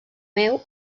meu